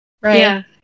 Right